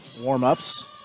warm-ups